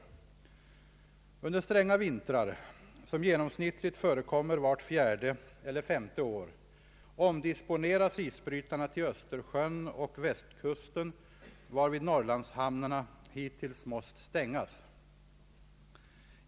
Under stränga vintrar — som genomsnittligt förekommer vart fjärde eller femte år — omdisponeras isbrytarna till Östersjön och Västkusten, varvid Norrlandshamnarna hittills måst stängas.